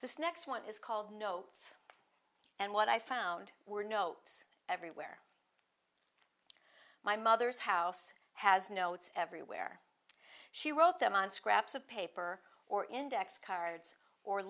this next one is called no it's and what i found were no it's everywhere my mother's house has notes everywhere she wrote them on scraps of paper or index cards or